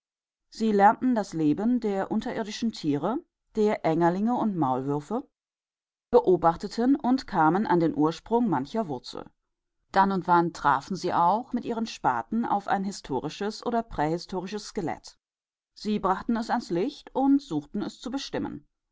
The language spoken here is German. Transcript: sie lernten das leben der unterirdischen tiere der engerlinge und maulwürfe beobachten und kamen an den ursprung mancher wurzel dann und wann trafen sie mit ihrem spaten auf ein historisches oder prähistorisches skelett sie brachten es ans licht und suchten es zu bestimmen